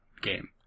game